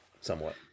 somewhat